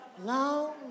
Long